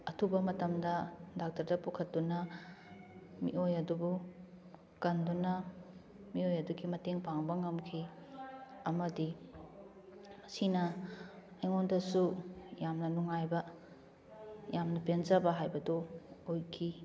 ꯑꯊꯨꯕ ꯃꯇꯝꯗ ꯗꯥꯛꯇꯔꯗ ꯄꯨꯈꯠꯇꯨꯅ ꯃꯤꯑꯣꯏ ꯑꯗꯨꯕꯨ ꯀꯟꯗꯨꯅ ꯃꯤꯑꯣꯏ ꯑꯗꯨꯒꯤ ꯃꯇꯦꯡ ꯄꯥꯡꯕ ꯉꯝꯈꯤ ꯑꯃꯗꯤ ꯁꯤꯅ ꯑꯩꯉꯣꯟꯗꯁꯨ ꯌꯥꯝꯅ ꯅꯨꯡꯉꯥꯏꯕ ꯌꯥꯝꯅ ꯄꯦꯟꯖꯕ ꯍꯥꯏꯕꯗꯨ ꯑꯣꯏꯈꯤ